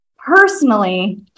Personally